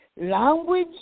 language